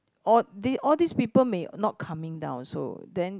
all they all these people may not coming down also then